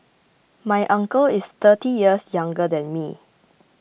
my uncle is thirty years younger than me